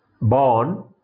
born